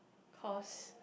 cause